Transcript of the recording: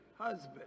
husband